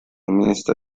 minister